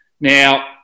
Now